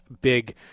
big